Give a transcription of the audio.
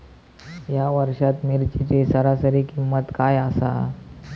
या वर्षात मिरचीची सरासरी किंमत काय आसा?